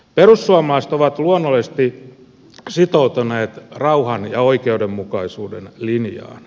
perussuomalaiset ovat luonnollisesti sitoutuneet rauhan ja oikeudenmukaisuuden linjaan